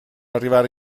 arrivare